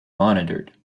monitored